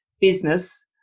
business